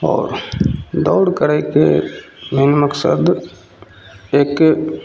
आओर दौड़ करैके मानि मकसद एक्के